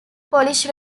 polish